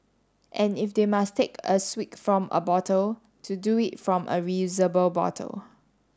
and if they must take a swig from a bottle to do it from a reusable bottle